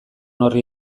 horri